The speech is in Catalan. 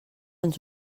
ens